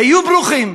היו ברוכים,